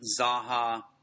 Zaha